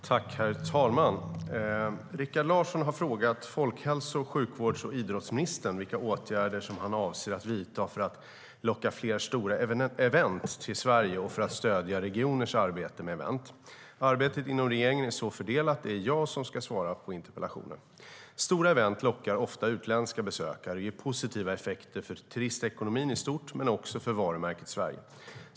Herr talman! Rikard Larsson har frågat folkhälso, sjukvårds och idrottsministern vilka åtgärder som han avser att vidta för att locka fler stora event till Sverige och för att stödja regioners arbete med event. Arbetet inom regeringen är så fördelat att det är jag som ska svara på interpellationen. Stora event lockar ofta utländska besökare och ger positiva effekter för turistekonomin i stort men också för varumärket Sverige.